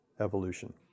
evolution